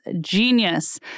genius